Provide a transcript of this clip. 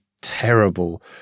terrible